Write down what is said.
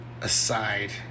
aside